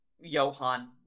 Johan